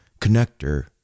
connector